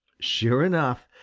sure enough,